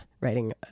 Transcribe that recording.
writing